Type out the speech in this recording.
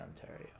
Ontario